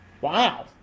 Wow